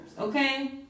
okay